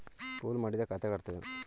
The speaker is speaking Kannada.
ಪೂಲ್ ಮಾಡಿದ ಖಾತೆಗಳ ಅರ್ಥವೇನು?